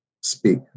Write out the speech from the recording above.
speak